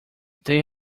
they